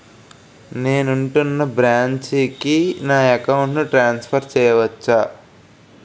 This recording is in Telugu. నేను ఉంటున్న బ్రాంచికి నా అకౌంట్ ను ట్రాన్సఫర్ చేయవచ్చా?